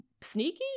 sneaky